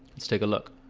let's take a look